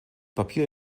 papier